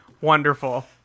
Wonderful